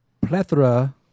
plethora